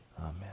Amen